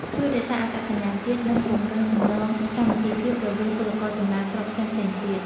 ជួយរក្សាអត្តសញ្ញាណជាតិ និងពង្រឹងចំណងសាមគ្គីភាពរវាងពលករចំណាកស្រុកផ្សេងៗទៀត ។